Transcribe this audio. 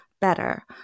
better